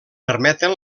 permeten